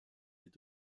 est